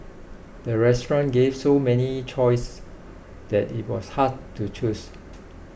the restaurant gave so many choices that it was hard to choose